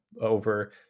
over